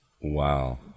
Wow